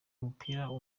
umubiri